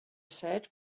said